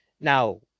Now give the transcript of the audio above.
Now